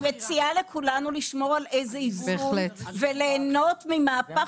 אני מציעה לכולנו לשמור על איזון וליהנות ממהפך